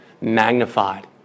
magnified